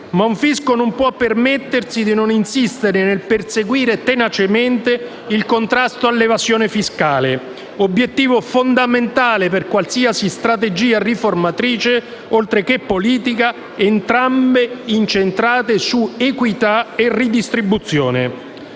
Ma un fisco non può permettersi di non insistere nel perseguire tenacemente il contrasto all'evasione fiscale, obiettivo fondamentale per qualsiasi strategia riformatrice oltre che politica, entrambe incentrate sull'equità e redistribuzione.